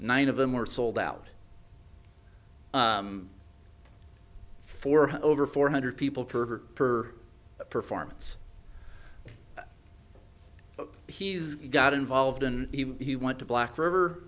nine of them were sold out for over four hundred people per per performance he's got involved in he went to black river